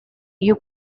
you